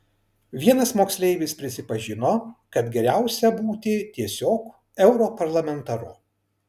vienas moksleivis prisipažino kad geriausia būti tiesiog europarlamentaru